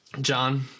John